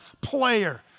player